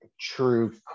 true